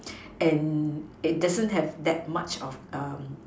and it doesn't have that much of um